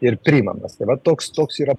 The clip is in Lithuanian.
ir priimamas tai va toks toks yra